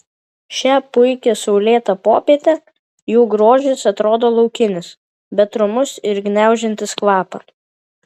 šią puikią saulėtą popietę jų grožis atrodo laukinis bet romus ir gniaužiantis kvapą